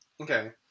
Okay